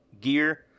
gear